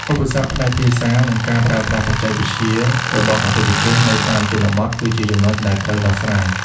ឧបសគ្គផ្នែកភាសា និងការប្រើប្រាស់បច្ចេកវិទ្យារបស់អតិថិជននៅតាមជនបទគឺជាចំណុចដែលត្រូវដោះស្រាយ។